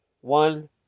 One